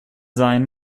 sein